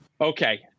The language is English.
Okay